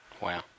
Wow